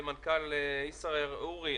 למנכ"ל ישראייר אורי.